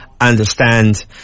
understand